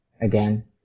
again